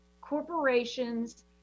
corporations